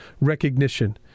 recognition